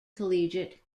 collegiate